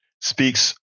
speaks